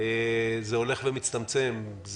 הולך ומצטמצם.